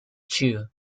chew